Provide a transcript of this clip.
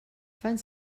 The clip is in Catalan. fan